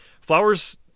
Flowers